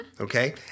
Okay